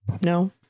no